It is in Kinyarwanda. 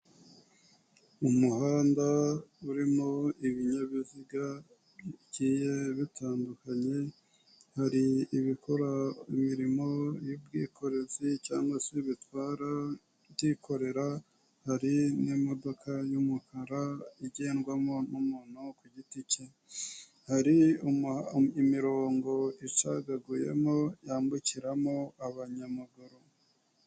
Mu muhanda urimo ibinyabiziga bigiye bitandukanye, hari ibikora imirimo y'ubwikorezi cyangwa se bitwara byikorera, hari n'imodoka y'umukara igendwamo n'umuntu ku giti cye, hari imirongo icagaguyemo yambukiramo abanyamaguru.